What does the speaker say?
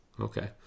Okay